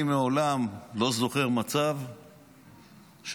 אני מעולם לא זוכר מצב שאופוזיציה